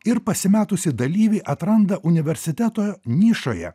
ir pasimetusį dalyvį atranda universiteto nišoje